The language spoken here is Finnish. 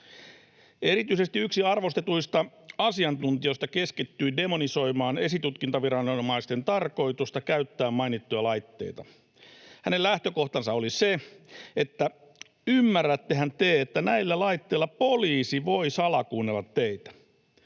Erityisesti yksi arvostetuista asiantuntijoista keskittyi demonisoimaan esitutkintaviranomaisten tarkoitusta käyttää mainittuja laitteita. Hänen lähtökohtansa oli se, että ”ymmärrättehän te, että näillä laitteilla poliisi voi salakuunnella teitä”.